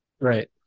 right